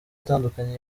atandukanye